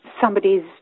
somebody's